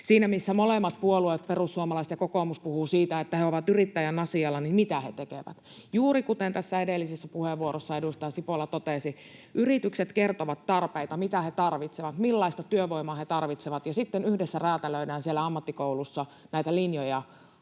Siinä missä molemmat puolueet, perussuomalaiset ja kokoomus, puhuvat siitä, että he ovat yrittäjän asialla, niin mitä he tekevät? Juuri kuten tässä edellisessä puheenvuorossa edustaja Sipola totesi, yritykset kertovat tarpeita, mitä he tarvitsevat, millaista työvoimaa he tarvitsevat, ja sitten yhdessä räätälöidään siellä ammattikouluissa näitä linjoja